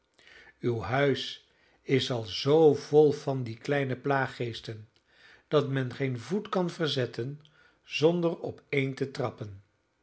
uw huis is al zoo vol van die kleine plaaggeesten dat men geen voet kan verzetten zonder op een te trappen